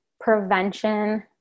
prevention